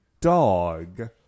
dog